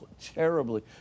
terribly